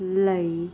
ਲਈ